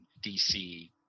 DC